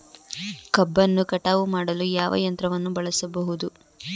ಕಬ್ಬನ್ನು ಕಟಾವು ಮಾಡಲು ಯಾವ ಯಂತ್ರವನ್ನು ಬಳಸಬಹುದು?